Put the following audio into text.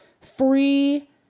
free